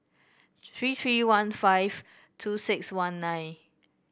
three three one five two six one nine